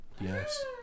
Yes